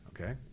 okay